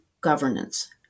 governance